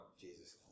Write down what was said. Jesus